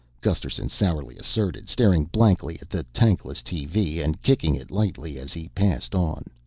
gusterson sourly asserted, staring blankly at the tankless tv and kicking it lightly as he passed on.